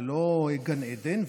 זה לא גן עדן,